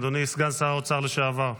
אדוני סגן שר האוצר לשעבר.